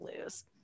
lose